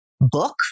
book